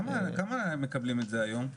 כמה אנשים מקבלים את זה היום?